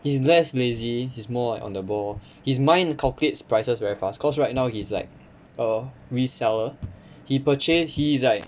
he's less lazy he's more like on the ball he's mind calculates prices very fast cause right now he's like a reseller he purchased he is like